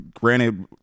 granted